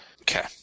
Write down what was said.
Okay